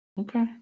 Okay